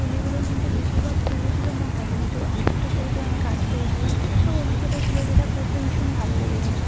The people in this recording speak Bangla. তুলিগুলোর মধ্যে বেশিরভাগ তুলি ছিল মোটা তুলি তো একটা সরু দিয়ে আমি কাজ করেছিলাম এসব অভিজ্ঞতা ছিল যেটা করতে ভীষণ লেগেছিল